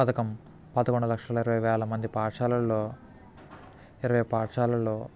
పథకం పదకొండు లక్షల ఇరవై వేల మంది పాఠశాలలో ఇరవై పాఠశాలలో